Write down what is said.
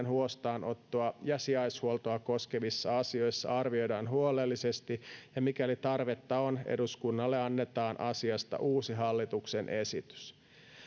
huostaanottoa ja sijaishuoltoa koskevissa asioissa arvioidaan huolellisesti ja mikäli tarvetta on eduskunnalle annetaan asiasta uusi hallituksen esitys